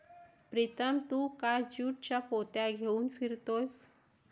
प्रीतम तू का ज्यूटच्या पोत्या घेऊन फिरतोयस